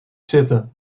zitten